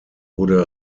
wurde